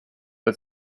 but